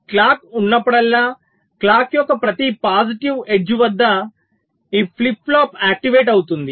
clock ఉన్నప్పుడల్లా clock యొక్క ప్రతి పాజిటివ్ ఎడ్జ్ వద్ద ఈ ఫ్లిప్ ఫ్లాప్ ఆక్టివేట్ అవుతుంది